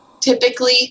typically